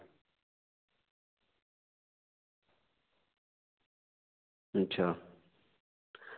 अच्छा